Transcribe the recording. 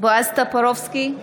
בועז טופורובסקי,